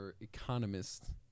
economists